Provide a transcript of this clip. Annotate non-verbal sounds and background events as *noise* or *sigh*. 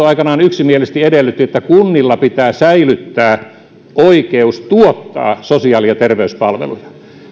*unintelligible* aikoinaan yksimielisesti edellytti että kunnilla pitää säilyttää oikeus tuottaa sosiaali ja terveyspalveluja